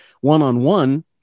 One-on-one